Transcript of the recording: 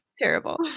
terrible